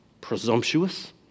presumptuous